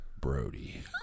Brody